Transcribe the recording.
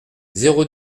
zéro